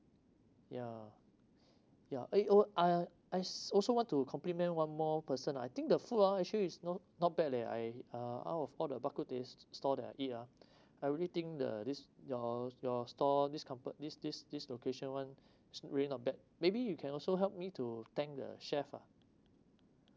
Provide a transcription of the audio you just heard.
yeah yeah eh oh I I also want to compliment one more person I think the flour actually is not not bad leh I uh out of the bak kut teh store that I eat ah I really think the this your your store this compa~ this this this location [one] really not bad maybe you can also help me to thank the chef ah